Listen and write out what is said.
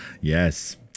Yes